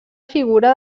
figura